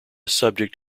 subject